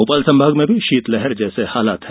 भोपाल संभाग में शीतलहर जैसे हालात है